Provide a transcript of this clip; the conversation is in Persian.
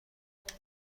کرد